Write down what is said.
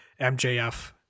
MJF